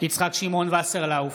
יצחק שמעון וסרלאוף,